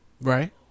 Right